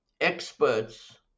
experts